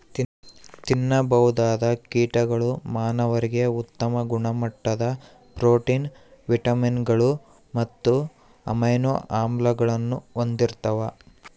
ತಿನ್ನಬಹುದಾದ ಕೀಟಗಳು ಮಾನವರಿಗೆ ಉತ್ತಮ ಗುಣಮಟ್ಟದ ಪ್ರೋಟೀನ್, ವಿಟಮಿನ್ಗಳು ಮತ್ತು ಅಮೈನೋ ಆಮ್ಲಗಳನ್ನು ಹೊಂದಿರ್ತವ